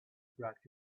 brought